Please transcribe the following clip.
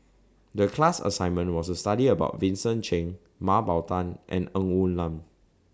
The class assignment was to study about Vincent Cheng Mah Bow Tan and Ng Woon Lam